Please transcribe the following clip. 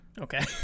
Okay